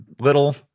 little